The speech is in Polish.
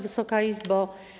Wysoka Izbo!